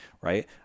right